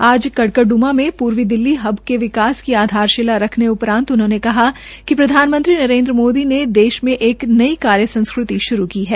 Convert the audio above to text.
आज कड़कड़ड्रमा में पूर्वी दिल्ली हब के विकास की आधारशिला रखने उपरान्त उन्होंने कहा कि प्रधानमंत्री नरेन्द्र मोदी ने देश में एक नई कार्य संस्कृति शुरू की है